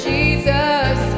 Jesus